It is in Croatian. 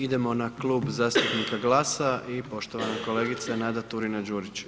Idemo na Klub zastupnika GLAS-a i poštovana kolegica Nada Turina Đurić.